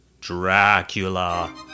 Dracula